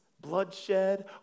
bloodshed